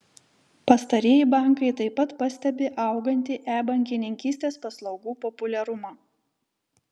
pastarieji bankai taip pat pastebi augantį e bankininkystės paslaugų populiarumą